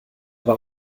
war